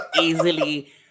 easily